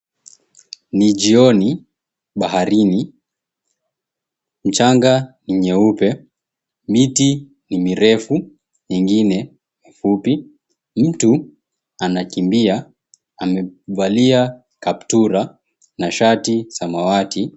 Ni jioni baharini, mchanga ni nyeupe. Miti ni mirefu, nyingine mifupi, mtu anakimbia. Amevalia kaptura na shati samawati.